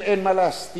אם אין מה להסתיר,